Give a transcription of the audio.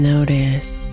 Notice